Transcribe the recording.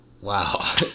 Wow